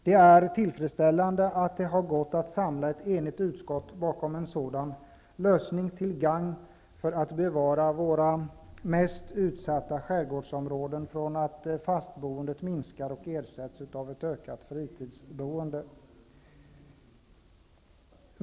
Det är tillfredsställande att det har gått att samla ett enigt utskott bakom en sådan lösning som är till gagn för att bevara våra mest utsatta skärgårdsområden och för att hindra att fastboendet minskar och ersätts av ett ökat fritidsboende.